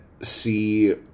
see